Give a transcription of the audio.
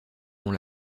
dont